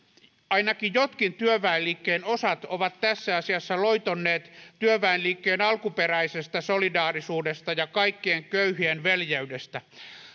ainakin jotkin työväenliikkeen osat ovat tässä asiassa loitonneet työväenliikkeen alkuperäisestä solidaarisuudesta ja kaikkien köyhien veljeydestä